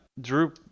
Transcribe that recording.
Drew